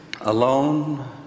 alone